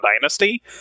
Dynasty